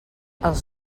els